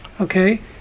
okay